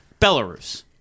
Belarus